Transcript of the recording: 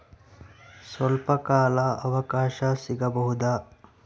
ಸ್ವಲ್ಪ ಕಾಲ ಅವಕಾಶ ಸಿಗಬಹುದಾ?